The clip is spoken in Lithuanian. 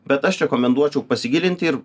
bet aš rekomenduočiau pasigilinti ir